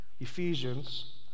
Ephesians